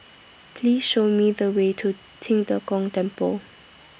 Please Show Me The Way to Qing De Gong Temple